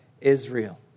Israel